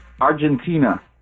Argentina